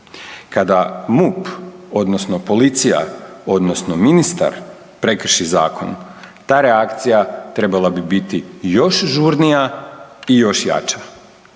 Kada MUP odnosno policija odnosno ministar prekrši zakon ta reakcija trebala bi biti još žurnija i još jača,